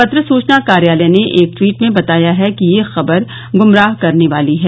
पत्र सुचना कार्यालय ने एक ट्वीट में बताया है कि यह खबर गुमराह करने वाली है